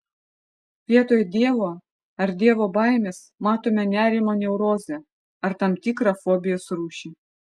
vietoj dievo ar dievo baimės matome nerimo neurozę ar tam tikrą fobijos rūšį